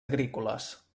agrícoles